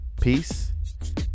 peace